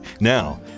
Now